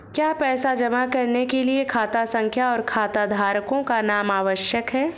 क्या पैसा जमा करने के लिए खाता संख्या और खाताधारकों का नाम आवश्यक है?